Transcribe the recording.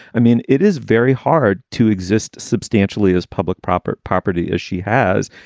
i mean, it is very hard to exist substantially as public proper property as she has.